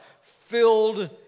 filled